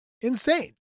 insane